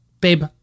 Babe